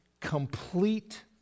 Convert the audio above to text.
complete